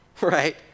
right